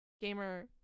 Gamer